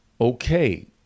Okay